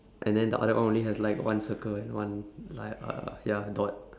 and then the other one only has like one circle and one like uh ya dot